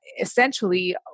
essentially